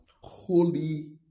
holy